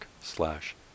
slash